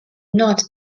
not